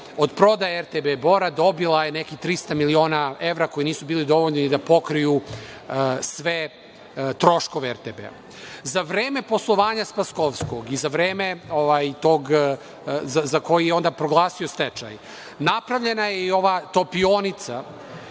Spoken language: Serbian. od prodaje RTB Bora dobila je nekih 300 miliona evra koji nisu bili dovoljni da pokriju sve troškove RTB.Za vreme poslovanja Spaskovskog i za vreme za koje je proglasio stečaj napravljena je i ova topionica